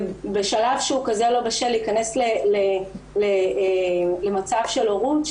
בשלב שהוא כזה לא בשל להיכנס למצב של הורות,